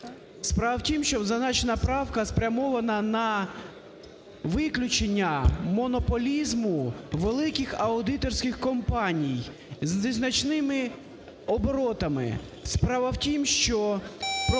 справа втім, що зазначена правка спрямована на виключення монополізму великих аудиторських компаній з незначними оборотами. Справа в тім, що